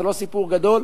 זה לא סיפור גדול,